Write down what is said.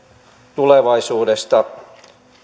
tulevaisuudesta